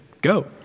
go